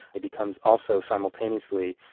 he becomes also, simultaneously,